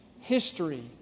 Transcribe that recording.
history